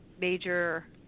major